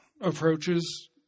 approaches